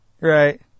right